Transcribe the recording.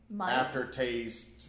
aftertaste